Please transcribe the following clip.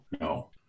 No